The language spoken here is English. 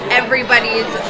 everybody's